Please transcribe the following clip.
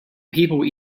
people